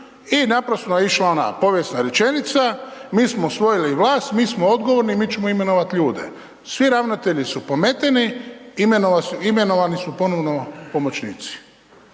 i naprosto je išla ova povijesna rečenica, mi smo usvojili vlast, mi smo odgovorni, mi ćemo imenovati ljude. Svi ravnatelji su pometeni, imenovani su ponovno pomoćnici,